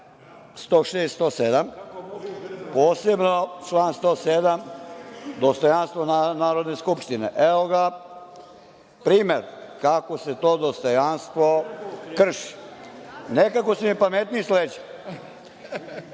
106. i 107, posebno član 107 – dostojanstvo Narodne skupštine. Evo ga primer kako se to dostojanstvo krši. Nekako su mi pametniji